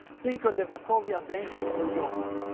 think of the wachovia bank in new york,